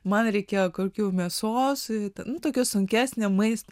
man reikėjo kokių mėsos tokio sunkesnio maisto